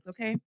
okay